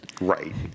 Right